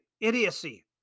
Idiocy